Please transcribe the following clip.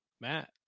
matt